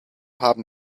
haben